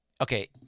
okay